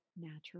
Natural